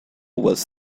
was